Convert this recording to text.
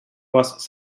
was